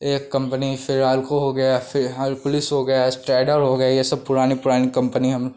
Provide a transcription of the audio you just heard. एक कम्पनी फिर राल्को हो गया फिर हरकुलिस हो गया इस्ट्राइडर हो गई ये सब पुरानी पुरानी कम्पनी हम